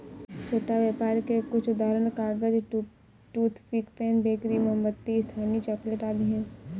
छोटा व्यापर के कुछ उदाहरण कागज, टूथपिक, पेन, बेकरी, मोमबत्ती, स्थानीय चॉकलेट आदि हैं